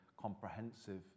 comprehensive